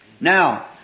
Now